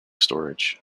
storage